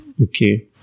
Okay